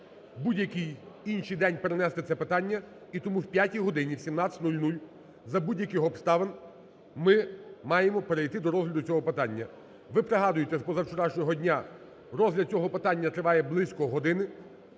будь-який інший день перенести це питання, і тому о 5-й годині, в 17.00, за будь-яких обставин ми маємо перейти до розгляду цього питання. Ви пригадуєте з позавчорашнього дня, розгляд цього питання триває близько години,